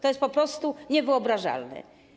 To jest po prostu niewyobrażalne.